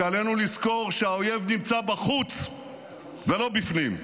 שעלינו לזכור שהאויב נמצא בחוץ ולא בפנים.